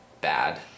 bad